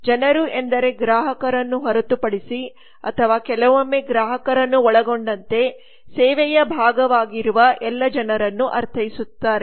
ಜನರು ಎಂದರೆ ಗ್ರಾಹಕರನ್ನು ಹೊರತುಪಡಿಸಿ ಅಥವಾ ಕೆಲವೊಮ್ಮೆ ಗ್ರಾಹಕರನ್ನು ಒಳಗೊಂಡಂತೆ ಸೇವೆಯ ಭಾಗವಾಗಿರುವ ಎಲ್ಲ ಜನರನ್ನು ಅರ್ಥೈಸುತ್ತಾರೆ